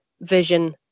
vision